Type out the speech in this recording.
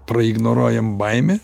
praignoruojam baimę